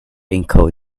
encode